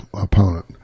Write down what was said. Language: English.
opponent